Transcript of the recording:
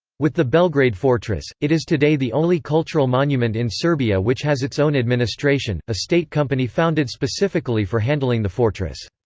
with the belgrade fortress, it is today the only cultural monument in serbia which has its own administration a state company founded specifically for handling the fortress.